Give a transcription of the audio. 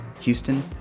Houston